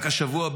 רק השבוע,